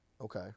Okay